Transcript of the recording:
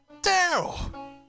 Daryl